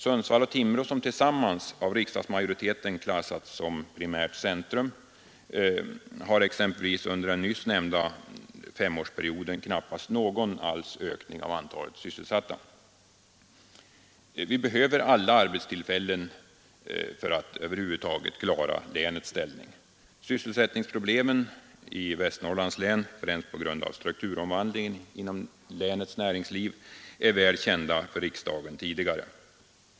Sundsvall och Timrå, som tillsammans av riksdagsmajoriteten klassats som primärt centrum, har exempelvis under den nyss nämnda femårsperioden knappast någon ökning alls av antalet sysselsatta. Vi behöver alla arbetstillfällen för att över huvud taget kunna klara länets ställning. Sysselsättningsproblemen inom Västernorrlands län — främst beroende av strukturomvandlingen — är tidigare väl kända av riksdagen.